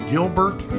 Gilbert